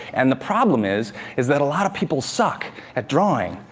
and the problem is is that a lot of people suck at drawing,